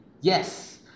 yes